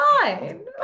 fine